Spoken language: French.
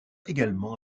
également